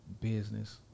business